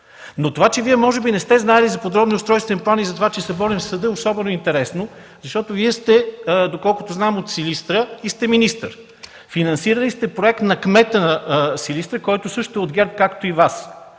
Но това, че Вие може би не сте знаели за подробния устройствен план и затова, че е съборен в съда, е особено интересно, защото Вие сте, доколкото знам, от Силистра, и сте министър. Финансирали сте проект на кмета на Силистра, който също е от ГЕРБ, както и Вие,